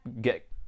get